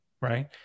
right